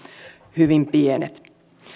hyvin pienet